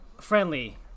friendly